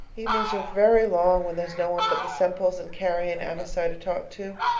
evenings are very long when there's no one but the semples and carrie and amasai to talk to.